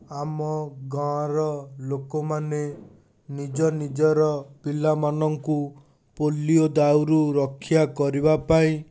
ଆମ ଗାଁର ଲୋକମାନେ ନିଜ ନିଜର ପିଲାମାନଙ୍କୁ ପୋଲିଓ ଦାଉରୁ ରକ୍ଷା କରିବା ପାଇଁ